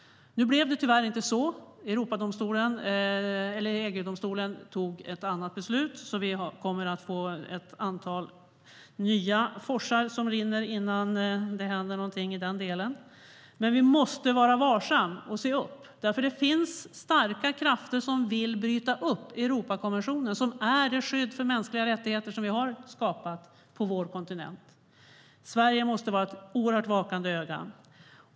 Nu blev det tyvärr inte så. EU-domstolen fattade ett annat beslut, så det kommer att rinna ett antal nya forsar innan det händer någonting i den delen. Men vi måste vara vaksamma och se upp. Det finns starka krafter som vill bryta sönder Europakonventionen som är det skydd för mänskliga rättigheter som har skapats på vår kontinent. Sverige måste ha ett vakande öga.